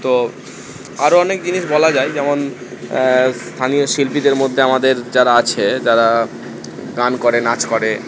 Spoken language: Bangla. তো আরও অনেক জিনিস বলা যায় যেমন স্থানীয় শিল্পীদের মধ্যে আমাদের যারা আছে তারা গান করে নাচ করে